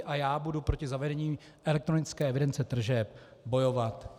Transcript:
A já budu proti zavedení elektronické evidence tržeb bojovat.